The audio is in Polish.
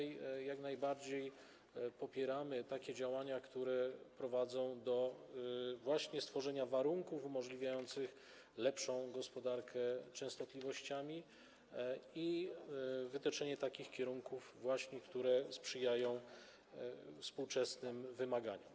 Jak najbardziej popieramy takie działania, które prowadzą do stworzenia warunków umożliwiających lepszą gospodarkę częstotliwościami, i wytyczenie takich kierunków, które odpowiadają współczesnym wymaganiom.